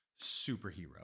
superhero